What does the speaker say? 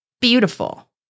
beautiful